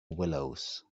willows